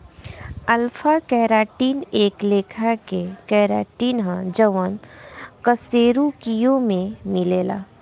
alpha keratin एक लेखा के केराटिन ह जवन कशेरुकियों में मिलेला